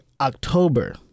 October